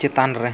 ᱪᱮᱛᱟᱱ ᱨᱮ